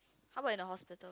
how about in the hospital